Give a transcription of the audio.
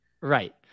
right